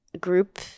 group